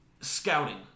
Scouting